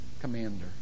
commander